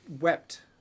wept